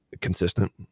consistent